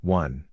one